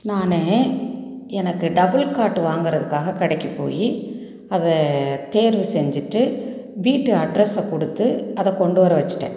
நான் எனக்கு double card வாங்கிறதுக்காக கடைக்கு போய் அதை தேர்வு செஞ்சுட்டு வீட்டு அட்ரெஸ்ஸை கொடுத்து அதை கொண்டு வர வச்சுட்டேன்